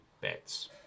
bets